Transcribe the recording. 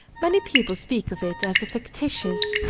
many people speak of it as a factitious,